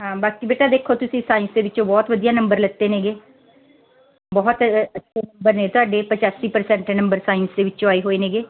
ਹਾਂ ਬਾਕੀ ਬੇਟਾ ਦੇਖੋ ਤੁਸੀਂ ਸਾਇੰਸ ਦੇ ਵਿੱਚੋਂ ਬਹੁਤ ਵਧੀਆ ਨੰਬਰ ਲਿੱਤੇ ਨੇਗੇ ਬਹੁਤ ਅੱਛੇ ਨੰਬਰ ਨੇ ਤੁਹਾਡੇ ਪਚਾਸੀ ਪ੍ਰਸੈਂਟ ਨੰਬਰ ਸਾਇੰਸ ਦੇ ਵਿੱਚੋਂ ਆਏ ਹੋਏ ਨੇਗੇ